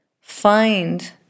Find